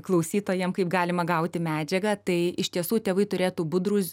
klausytojam kaip galima gauti medžiagą tai iš tiesų tėvai turėtų budrūs